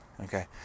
Okay